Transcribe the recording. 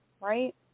right